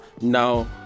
now